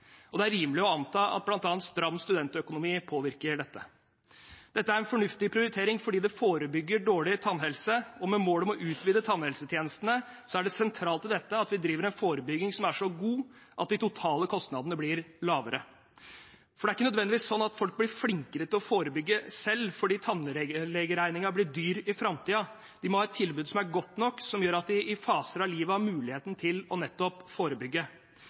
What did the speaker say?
og det er rimelig å anta at bl.a. stram studentøkonomi påvirker dette. Dette er fornuftig prioritering fordi det forebygger dårlig tannhelse, og med mål om å utvide tannhelsetjenesten er det sentralt i dette at vi driver en forebygging som er så god at de totale kostnadene blir lavere. Det er ikke nødvendigvis sånn at folk blir flinkere til å forebygge selv fordi tannlegeregningen blir dyr i framtiden. De må ha et tilbud som er godt nok til at de i faser av livet har mulighet til nettopp å forebygge.